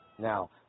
Now